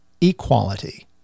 equality